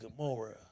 Gamora